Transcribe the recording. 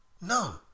No